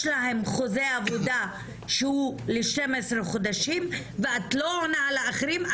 להן חוזה עבודה שהוא לשניים עשר חודשים ואת לא עונה על האחרים,